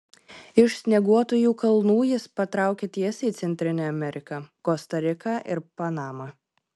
iš snieguotųjų kalnų jis patraukė tiesiai į centrinę ameriką kosta riką ir panamą